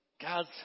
Guys